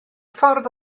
ffordd